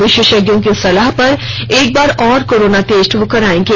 विशेषज्ञों की सलाह पर वे एक बार और कोरोना टेस्ट कराएंगे